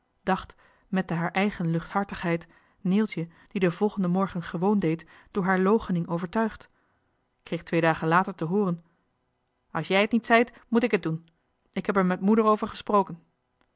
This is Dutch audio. dacht met de haar eigen luchthartigheid neeltje die den volgenden morgen johan de meester de zonde in het deftige dorp gewoon deed door haar loochening overtuigd kreeg twee dagen later te hooren als jij het niet zeit moet ik het doen ik heb er met moeder over gesproken